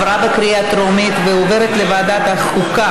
לוועדת החוקה,